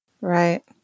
Right